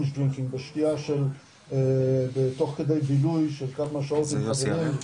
שתייה תוך כדי בילוי של כמה שעות עם חברים,